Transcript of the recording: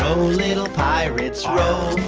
um little pirates. row,